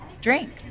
drink